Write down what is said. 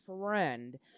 friend